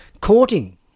courting